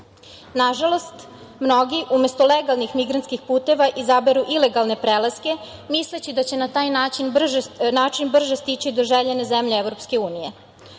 žalost mnogi umesto legalnih migrantskih puteva izaberu ilegalne prelaske misleći da će na taj način brže stići do željene zemlje EU.